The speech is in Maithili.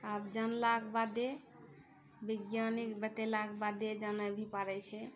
आब जानलाक बादे वैज्ञानिक बतेलाके बादे जानय भी पड़ै छै